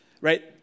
Right